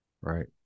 Right